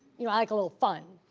you know i like a little fun.